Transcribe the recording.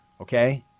Okay